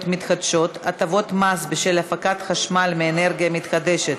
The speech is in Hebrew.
מתחדשות (הטבות מס בשל הפקת חשמל מאנרגיה מתחדשת),